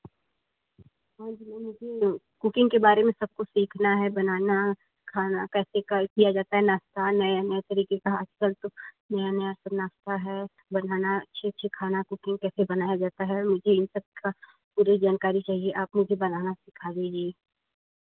और जो है मुझे कुकिंग के बारे में सब कुछ सीखना है बनाना खाना कैसे कय किया जाता है नाश्ता नए नए तरीके का आजकल तो नया नया सब नाश्ता है बनाना अच्छे अच्छे खाना कुकिंग कैसे बनाया जाता है मुझे इन सबका पूरी जानकारी चाहिए आप मुझे बनाना सीखा देंगी